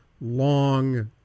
long